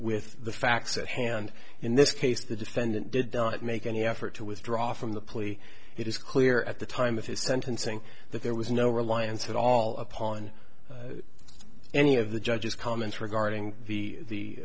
with the facts at hand in this case the defendant did not make any effort to withdraw from the plea it is clear at the time of his sentencing that there was no reliance at all upon any of the judge's comments regarding the